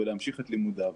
ולהמשיך את לימודיו,